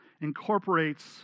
incorporates